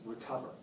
recover